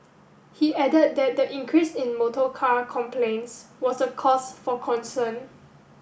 he added that the increase in motorcar complaints was a cause for concern